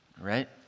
right